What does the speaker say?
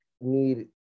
need